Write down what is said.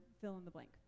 fill-in-the-blank